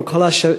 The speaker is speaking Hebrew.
עם כל השמות.